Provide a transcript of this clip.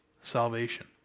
salvation